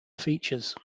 features